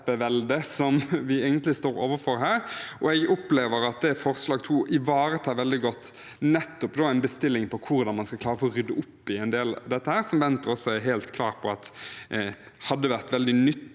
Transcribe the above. som vi egentlig står overfor her. Jeg opplever at forslag nr. 2 ivaretar veldig godt og er en bestilling på hvordan man skal klare å få ryddet opp i en del av dette, som Venstre er helt klar på at hadde vært veldig nyttig.